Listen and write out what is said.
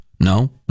No